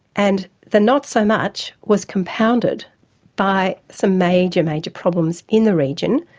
and the not so much was compounded by some major, major problems in the region,